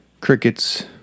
crickets